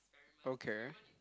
okay